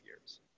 years